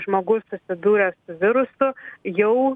žmogus susidūręs su virusu jau